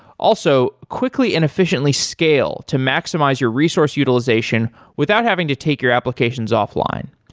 also, quickly and efficiently scale to maximize your resource utilization without having to take your applications offline.